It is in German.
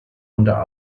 unter